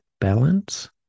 balance